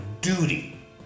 duty